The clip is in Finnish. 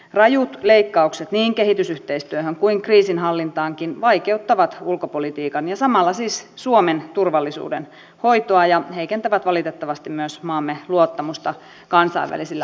rajut leikkaukset niin kehitysyhteistyöhön kuin kriisinhallintaankin vaikeuttavat ulkopolitiikan ja samalla siis suomen turvallisuuden hoitoa ja heikentävät valitettavasti myös maamme luottamusta kansainvälisillä areenoilla